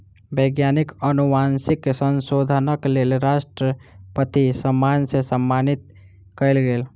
वैज्ञानिक अनुवांशिक संशोधनक लेल राष्ट्रपति सम्मान सॅ सम्मानित कयल गेल